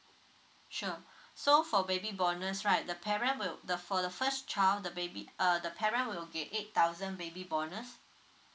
sure so for baby bonus right the parent will for the first child the baby uh the parent will be eight thousand baby bonus